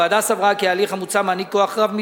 הוועדה סברה כי ההליך המוצע מעניק כוח רב מדי,